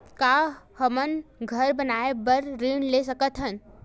का हमन घर बनाए बार ऋण ले सकत हन?